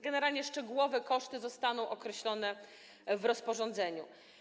Generalnie szczegółowe koszty zostaną określone w rozporządzeniu.